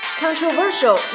controversial